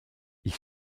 ich